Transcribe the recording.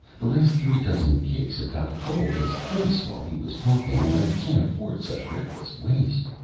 the last three dozen cakes have got cold as ice while he was talking, and i can't afford such reckless waste.